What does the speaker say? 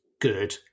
good